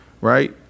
right